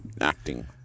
acting